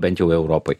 bent jau europoj